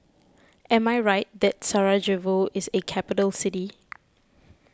am I right that Sarajevo is a capital city